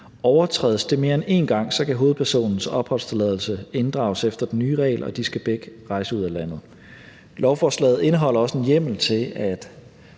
Overtrædes det mere end én gang, kan hovedpersonens opholdstilladelse inddrages efter den nye regel, og de skal begge rejse ud af landet. Kl. 17:13 Lovforslaget indeholder også en hjemmel til, at